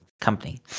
company